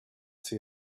see